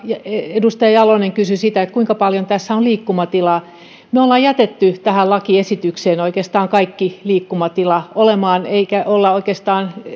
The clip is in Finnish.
edustaja jalonen kysyi sitä kuinka paljon tässä on liikkumatilaa me olemme jättäneet tähän lakiesitykseen oikeastaan kaiken liikkumatilan olemaan emmekä ole oikeastaan